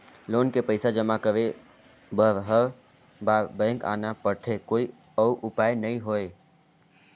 Loan के पईसा जमा करे बर हर बार बैंक आना पड़थे कोई अउ उपाय नइ हवय?